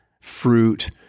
fruit